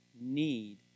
need